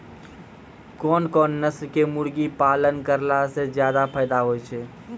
कोन कोन नस्ल के मुर्गी पालन करला से ज्यादा फायदा होय छै?